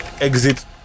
exit